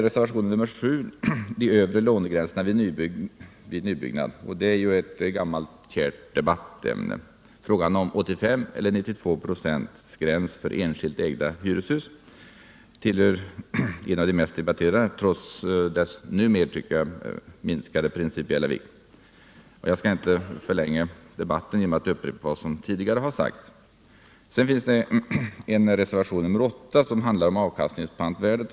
De övre lånegränserna vid nybyggnad, reservationen 7, är ett gammalt kärt debattämne. Frågan om cen lånegräns på 85 cller 92 "+ för enskilt ägda hyreshus tillhör en av de mest debatterade trots dess numera, tycker jag, minskade principiella vikt. Jag skall inte förlänga debatten genom att upprepa vad som tidigare sagts. Så finner vi i betänkandet reservationen 8, som handlar om avkastningspantvärdet.